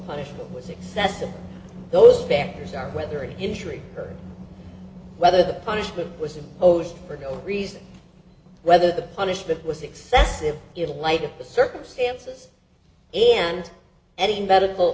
punishment was excessive those factors are whether in history or whether the punishment was imposed or no reason whether the punishment was excessive the light of the circumstances and any medical